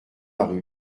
rue